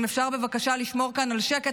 אם אפשר בבקשה לשמור כאן על שקט,